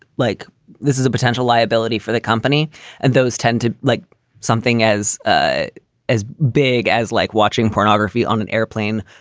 like this is a potential liability for the company. and those tend to like something as ah as big as like watching pornography on an airplane.